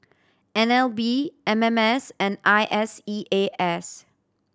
N L B M M S and I S E A S